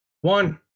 One